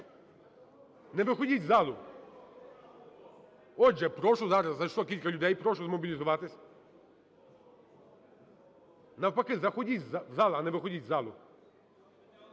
Не виходіть з залу. Отже, прошу… Зараз зайшло кілька людей, прошу змобілізуватися. Навпаки, заходіть в зал, а не виходіть з залу.